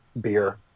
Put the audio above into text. beer